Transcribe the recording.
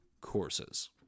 courses